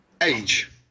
age